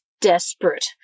desperate